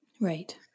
Right